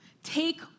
Take